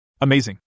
Amazing